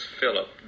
Philip